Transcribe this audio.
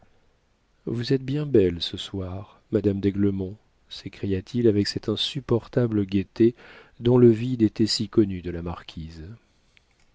vous êtes bien belle ce soir madame d'aiglemont s'écria-t-il avec cette insupportable gaieté dont le vide était si connu de la marquise